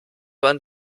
man